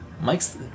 Mike's